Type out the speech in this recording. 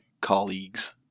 colleagues